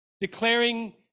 Declaring